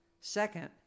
Second